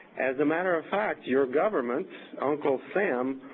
as a matter of fact, your government, uncle sam,